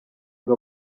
ngo